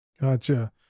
Gotcha